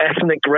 ethnic